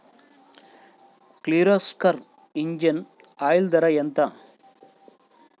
Kirloskar engine oil ధర ఎంత?